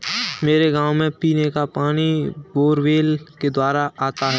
मेरे गांव में पीने का पानी बोरवेल के द्वारा आता है